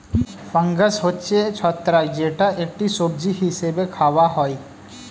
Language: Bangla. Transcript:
ফাঙ্গাস হচ্ছে ছত্রাক যেটা একটি সবজি হিসেবে খাওয়া হয়